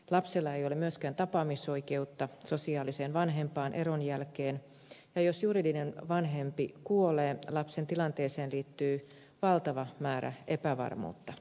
lapsella ei ole myöskään tapaamisoikeutta sosiaaliseen vanhempaan eron jälkeen ja jos juridinen vanhempi kuolee lapsen tilanteeseen liittyy valtava määrä epävarmuutta